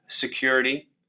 security